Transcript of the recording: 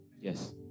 Yes